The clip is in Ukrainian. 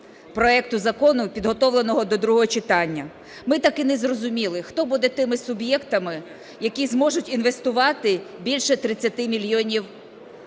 проекту закону, підготовленого до другого читання. Ми так і не зрозуміли, хто буде тими суб'єктами, які зможуть інвестувати більше 30 мільйонів євро